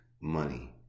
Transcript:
money